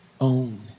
own